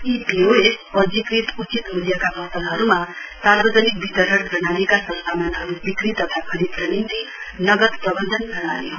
इ पोसपिओएस पञ्जीकृत उचित मूल्यका पसलहरूमा सार्वजनिक वितरण प्रणालीका सरसामनहरू बिक्री तथा खरीदका निम्ति नगद प्रवन्धन प्रणाली हो